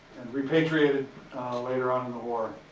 and repatriated later on in the war.